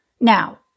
Now